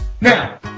Now